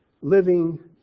living